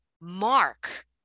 mark